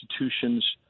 institutions